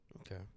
Okay